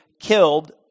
killed